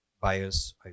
bias